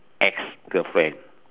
ex girlfriend